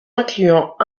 incluant